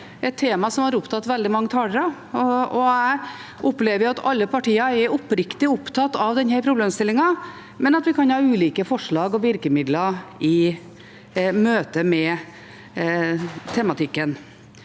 et tema som har opptatt veldig mange talere, og jeg opplever at alle partiene er oppriktig opptatt av denne problemstillingen, men at vi kan ha ulike forslag og virkemidler i møte med tematikken.